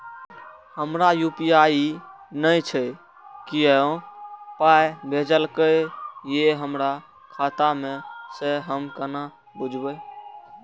हमरा यू.पी.आई नय छै कियो पाय भेजलक यै हमरा खाता मे से हम केना बुझबै?